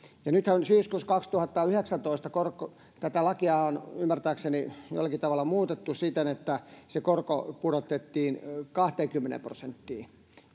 nythän syyskuussa kaksituhattayhdeksäntoista tätä lakia on ymmärtääkseni jollakin tavalla muutettu siten että korko pudotettiin kahteenkymmeneen prosenttiin